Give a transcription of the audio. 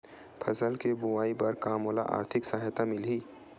फसल के बोआई बर का मोला आर्थिक सहायता मिलही?